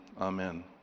Amen